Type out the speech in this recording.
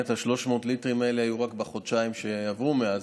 300 הליטרים האלה היו רק בחודשיים שעברו מאז.